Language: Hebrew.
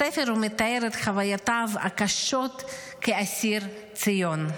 בספר הוא מתאר את חוויותיו הקשות כאסיר ציון.